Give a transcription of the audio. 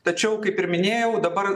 tačiau kaip ir minėjau dabar